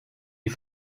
die